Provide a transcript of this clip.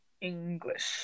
English